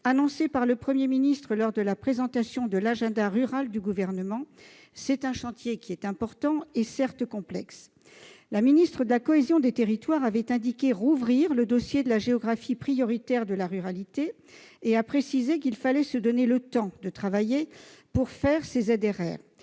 annoncée par le Premier ministre lors de la présentation de l'agenda rural du Gouvernement. C'est un chantier important et complexe. La ministre de la cohésion des territoires avait indiqué rouvrir le dossier de la géographie prioritaire de la ruralité, précisant qu'il fallait se donner le temps d'y travailler. La définition d'une